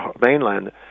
mainland